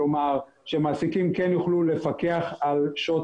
כלומר שמעסיקים כן יוכלו לפקח על שעות